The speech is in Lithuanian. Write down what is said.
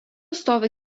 stovi